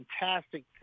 fantastic